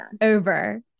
over